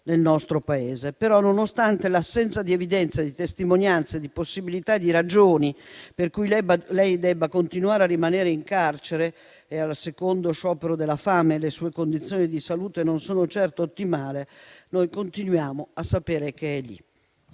nel nostro Paese. Tuttavia, nonostante l'assenza di evidenze, di testimonianze, di possibili ragioni per cui lei debba continuare a rimanere in carcere - è al secondo sciopero della fame e le sue condizioni di salute non sono certo ottimali - noi continuiamo a sapere che è lì.